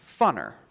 funner